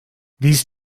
these